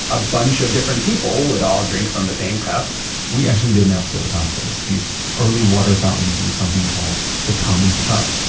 a bunch of different people would all drink from the same cup we actually did an episode about this. these early water fountains used something called the common cup,